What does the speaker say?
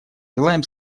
желаем